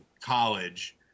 college